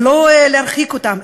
ולא להרחיק אותם,